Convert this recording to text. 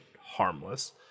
harmless